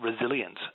resilience